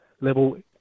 level